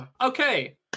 Okay